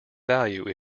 value